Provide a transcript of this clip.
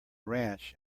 ranch